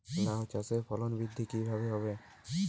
লাউ চাষের ফলন বৃদ্ধি কিভাবে হবে?